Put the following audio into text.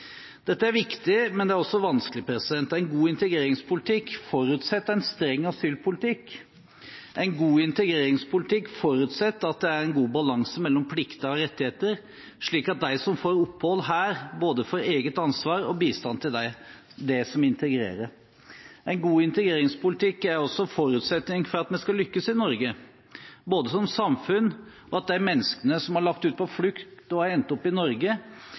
Dette er viktig, men det er også vanskelig. En god integreringspolitikk forutsetter en streng asylpolitikk. En god integreringspolitikk forutsetter at det er en god balanse mellom plikter og rettigheter, slik at de som får opphold her, både får eget ansvar og bistand til det som integrerer. En god integreringspolitikk er også en forutsetning for at vi skal lykkes i Norge som samfunn, og at de menneskene som har lagt ut på flukt og endt opp i Norge,